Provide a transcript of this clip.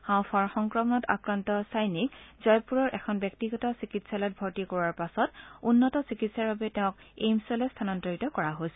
হাওঁফাওঁৰ সংক্ৰমণত আক্ৰান্ত চাইনিক জয়পুৰৰ এখন ব্যক্তিগত চিকিৎসালয়ত ভৰ্তি কৰাৰ পিছত উন্নত চিকিৎসাৰ বাবে তেওঁক এইমছলৈ স্থানান্তৰ কৰা হৈছিল